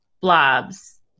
blobs